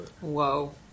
Whoa